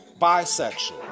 Bisexual